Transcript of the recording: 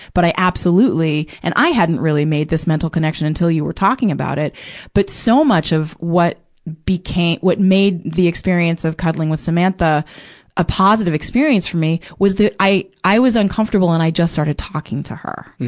but i absolutely and i hadn't really made this mental connection until you were talking about it but so much of what became, what made the experience of cuddling with samantha a positive experience for me, was that i, i was uncomfortable and i just started talking to her,